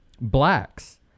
Blacks